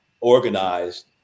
organized